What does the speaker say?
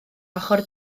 ochr